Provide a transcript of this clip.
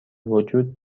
وجود